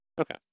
Okay